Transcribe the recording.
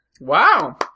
Wow